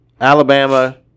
Alabama